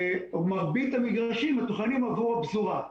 מרבית המגרשים מתוכננים עבור הפזורה.